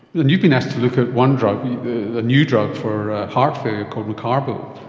and you've been asked to look at one drug, the new drug for heart failure called mecarbil.